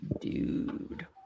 Dude